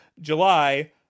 July